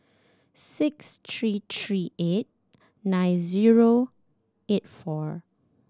six three three eight nine zero eight four